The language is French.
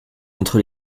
entre